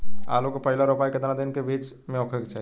आलू क पहिला रोपाई केतना दिन के बिच में होखे के चाही?